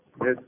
Yes